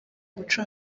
umuco